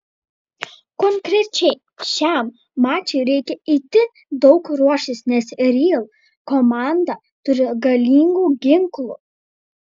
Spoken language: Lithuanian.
konkrečiai šiam mačui reikia itin daug ruoštis nes real komanda turi galingų ginklų